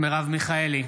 מרב מיכאלי,